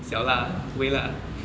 小辣微辣